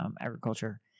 agriculture